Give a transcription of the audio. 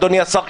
אדוני השר,